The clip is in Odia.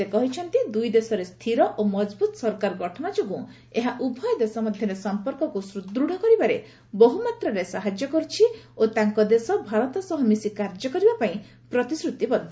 ସେ କହିଛନ୍ତି ଦୁଇଦେଶରେ ସ୍ଥିର ଓ ମଜବୁତ୍ ସରକାର ଗଠନ ଯୋଗୁଁ ଏହା ଉଭୟ ଦେଶ ମଧ୍ୟରେ ସଂପର୍କକୁ ସୁଦୃଢ଼ କରିବାରେ ବହୁମାତ୍ରାରେ ସାହାଯ୍ୟ କରିଛି ଓ ତାଙ୍କ ଦେଶ ଭାରତ ସହ ମିଶି କାର୍ଯ୍ୟ କରିବା ପାଇଁ ପ୍ରତିଶ୍ରତିବଦ୍ଧ